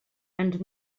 ens